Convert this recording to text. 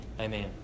Amen